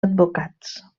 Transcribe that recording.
advocats